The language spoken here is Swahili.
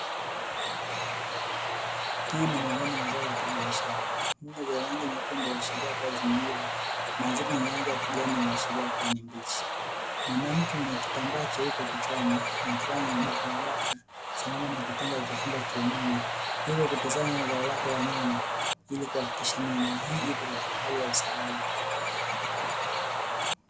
Nyanya ni miongoni mwa zao la kibiashara. Nyanya zenye rangi nyekundu huashiria kuwa zimeiva, na zile zenye rangi ya kijani huashiria kuwa ni mbichi. Mwanamke mwenye kitambaa cheupe kichwani, na fulana ya mabakamabaka, sambamba na kitenge alichofunga kiunoni, hivyo kutizama zao lake la nyanya ili kuhakikisha mimea hii ipo katika hali ya usalama.